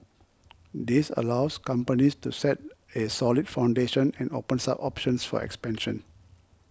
this allows companies to set a solid foundation and opens up options for expansion